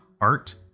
art